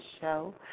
show